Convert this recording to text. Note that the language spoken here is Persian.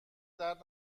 درد